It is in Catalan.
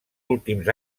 últims